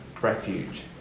refuge